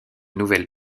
nouvelle